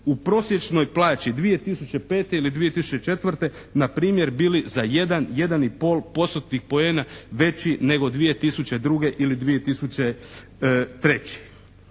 u prosječnoj plaći 2005. ili 2004. na primjer bili za jedan, jedan i pol postotnih poena veći nego 2002. ili 2003.